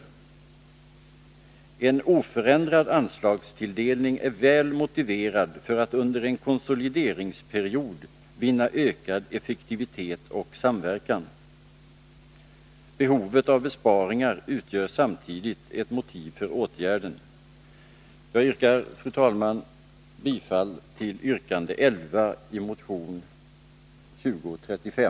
En oförändrad anslagstilldelning är väl motiverad för att man under en konsolideringsperiod skall kunna vinna ökad effektivitet och samverkan. Behovet av besparingar utgör samtidigt ett motiv för åtgärden. Jag yrkar, fru talman, bifall till yrkande 11 i motion 2035.